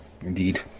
Indeed